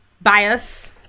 bias